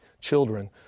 children